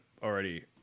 Already